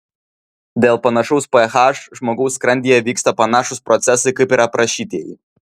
dėl panašaus ph žmogaus skrandyje vyksta panašūs procesai kaip ir aprašytieji